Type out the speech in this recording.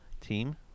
Team